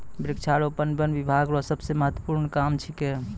वृक्षारोपण वन बिभाग रो सबसे महत्वपूर्ण काम छिकै